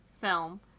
film